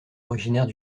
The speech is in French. originaires